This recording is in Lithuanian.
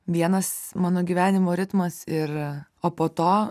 vienas mano gyvenimo ritmas ir o po to